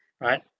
right